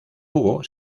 hugo